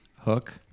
hook